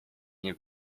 nie